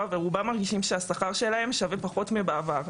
ורובם מרגישים שהשכר שלהם שווה פחות מבעבר.